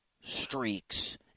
streaks